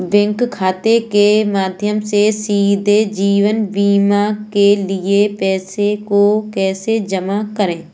Bank खाते के माध्यम से सीधे जीवन बीमा के लिए पैसे को कैसे जमा करें?